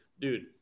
Dude